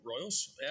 Royals